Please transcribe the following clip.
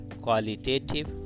qualitative